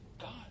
God